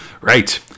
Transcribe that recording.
Right